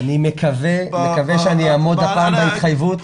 אני מקווה שאני אעמוד הפעם בהתחייבות.